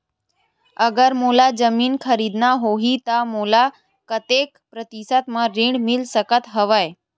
अगर मोला जमीन खरीदना होही त मोला कतेक प्रतिशत म ऋण मिल सकत हवय?